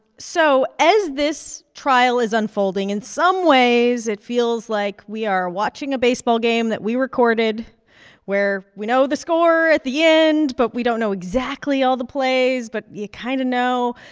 so as this trial is unfolding, in some ways, it feels like we are watching a baseball game that we recorded where we know the score at the end but we don't know exactly all the plays. but you kind of know.